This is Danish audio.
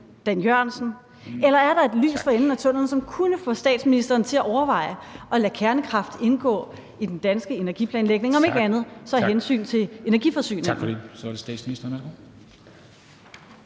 klimaministeren, eller er der et lys for enden af tunnellen, som kunne få statsministeren til at overveje at lade kernekraft indgå i den danske energiplanlægning, om ikke andet så af hensyn til energiforsyningen?